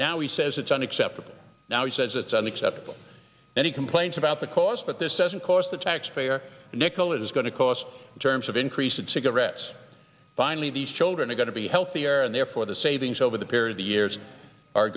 now he says it's unacceptable now he says it's unacceptable and he complains about the cost but this doesn't cost the taxpayer a nickel it is going to cost in terms of increase and cigarettes finally these children are going to be healthier and therefore the savings over the period the years are